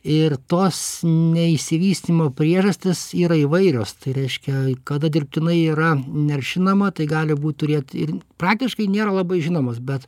ir tos neišsivystymo priežastys yra įvairios tai reiškia kada dirbtinai yra neršinama tai gali būt turėt ir praktiškai nėra labai žinomos bet